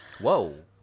whoa